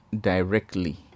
directly